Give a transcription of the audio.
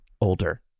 older